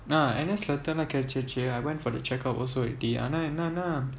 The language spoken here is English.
ah N_S ல அதானே கிடைச்சுச்சு:la athane kidaichuchu I went for the check up also ஆனா என்னனா:aanaa ennanaa